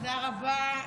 תודה רבה,